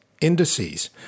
indices